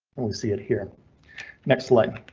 we see it here next line.